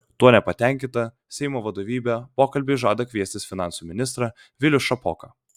tuo nepatenkinta seimo vadovybė pokalbiui žada kviestis finansų ministrą vilių šapoką